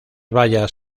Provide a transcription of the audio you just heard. bayas